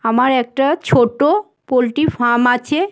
আমার একটা ছোটো পোলট্রি ফার্ম আছে